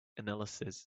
analysis